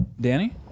Danny